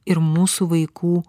ir mūsų vaikų